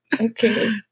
Okay